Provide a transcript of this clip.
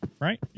Right